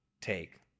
take